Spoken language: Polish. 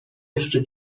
jeszcze